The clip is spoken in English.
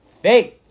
faith